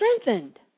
strengthened